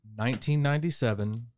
1997